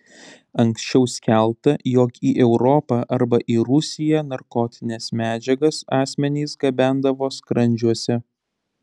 anksčiau skelbta jog į europą arba į rusiją narkotines medžiagas asmenys gabendavo skrandžiuose